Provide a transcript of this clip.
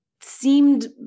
seemed